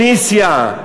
תוניסיה,